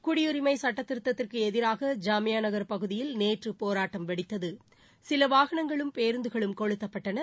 குடியரிமை சுட்டத்திருதத்திற்கு எதிராக ஜாமியா நகர் பகுதியில் நேற்று போராட்டம் வெடித்தது சில வாகனங்களும் பேருந்துகளும் கொளுத்தப்பட்டன